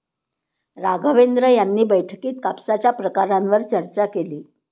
राघवेंद्र यांनी बैठकीत कापसाच्या प्रकारांवर चर्चा केली